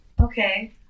Okay